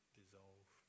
dissolve